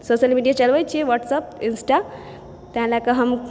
social media चलबै छियै WhatsApp Insta तैं लऽ कऽ हम